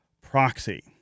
proxy